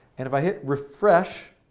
and if i hit refresh,